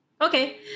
Okay